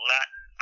Latin